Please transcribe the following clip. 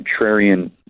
contrarian